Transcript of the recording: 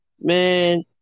Man